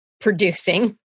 producing